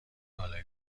بالای